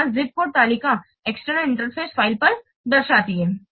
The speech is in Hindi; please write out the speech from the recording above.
तो यहाँ ज़िप कोड तालिका एक्सटर्नल इंटरफ़ेस फ़ाइल पर दर्शाती है